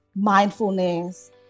mindfulness